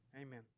Amen